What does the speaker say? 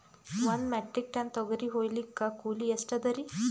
ಒಂದ್ metric ton ತೊಗರಿ ಹೋಯಿಲಿಕ್ಕ ಕೂಲಿ ಎಷ್ಟ ಅದರೀ?